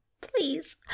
Please